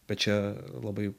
bet čia labai